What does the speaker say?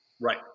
Right